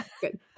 Good